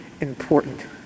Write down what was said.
important